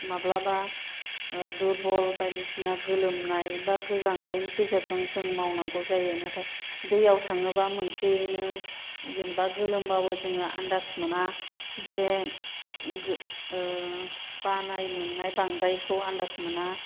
माब्लाबा दुरब'ल बायदिसिना गोलोमनाय बा गोजांनायनि गेजेरजों जों मावनांगौ जायो नाथाय दैयाव थाङोबा मोनसेयैनो जेनबा गोलोमबाबो जों आनदाज मोना जेरै बानाय मेंनाय बांद्रायखौ आनदाज मोना